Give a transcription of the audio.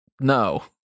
No